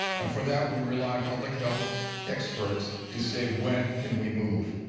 and for that, we rely on public health experts to say when can we move?